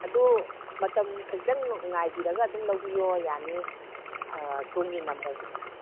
ꯑꯗꯨ ꯃꯇꯝ ꯈꯖꯤꯛꯇꯪ ꯉꯥꯏꯕꯤꯔꯒ ꯑꯗꯨꯝ ꯂꯧꯕꯤꯌꯣ ꯌꯥꯅꯤ ꯁꯣꯝꯒꯤ ꯅꯝꯕꯔ